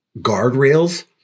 guardrails